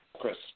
Chris